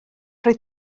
roedd